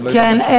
אני לא, כן.